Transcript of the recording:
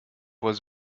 was